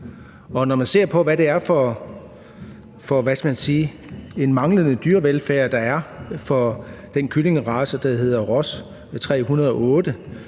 er for en – hvad skal jeg sige – manglende dyrevelfærd, der er for den kyllingerace, der hedder Ross 308,